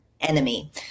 enemy